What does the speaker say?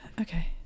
okay